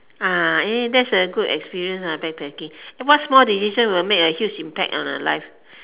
ah eh that's a good experience ah backpacking eh what small decision will make a huge impact on your life